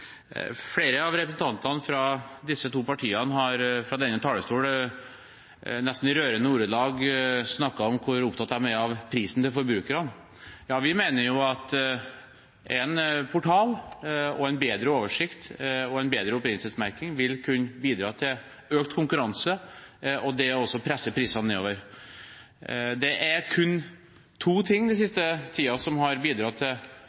Flere av representantene fra disse to partiene har fra denne talerstol i nesten rørende ordelag snakket om hvor opptatt de er av prisen for forbrukerne. Vi mener at en portal, en bedre oversikt og en bedre opprinnelsesmerking vil kunne bidra til økt konkurranse og til å presse prisene nedover. Det er kun to ting den siste tiden som har bidratt